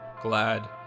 glad